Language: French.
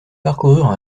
parcoururent